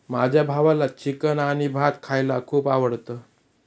माझ्या भावाला चिकन आणि भात खायला खूप आवडतं